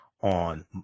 on